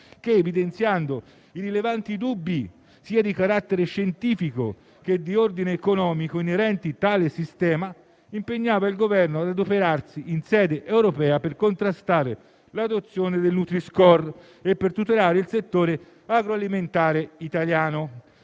che evidenziava i rilevanti dubbi, sia di carattere scientifico sia di ordine economico, inerenti a tale sistema e impegnava il Governo ad adoperarsi in sede europea per contrastare l'adozione del nutri-score e tutelare il settore agroalimentare italiano.